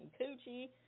coochie